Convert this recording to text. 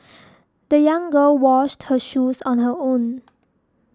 the young girl washed her shoes on her own